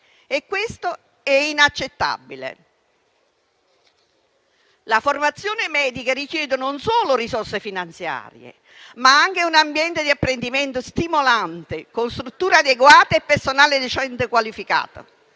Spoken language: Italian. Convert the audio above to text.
e questo è inaccettabile. La formazione medica richiede non solo risorse finanziarie, ma anche un ambiente di apprendimento stimolante, con strutture adeguate e personale docente qualificato.